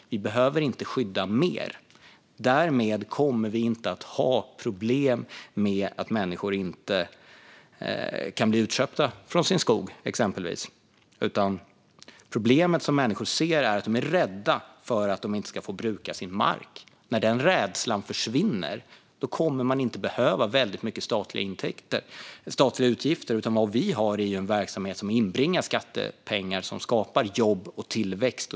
Vi behöver inte skydda mer. Därmed kommer vi inte att ha problem med att människor exempelvis inte kan bli utköpta från sin skog. Problemet är att människor är rädda att de inte ska få bruka sin mark. När den rädslan försvinner kommer man inte att behöva väldigt mycket statliga utgifter. Vad vi har är ju en verksamhet som inbringar skattepengar och som skapar jobb och tillväxt.